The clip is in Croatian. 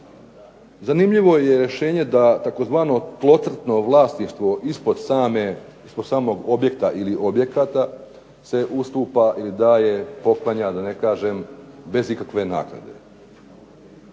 Zanimljivo je rješenje da tzv. tlocrtno vlasništvo ispod samog objekta ili objekata se ustupa ili daje, poklanja da ne kažem bez ikakve naknade.